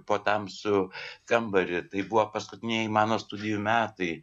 po tamsų kambarį tai buvo paskutinieji mano studijų metai